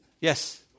Yes